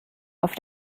auf